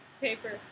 Paper